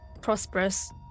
Prosperous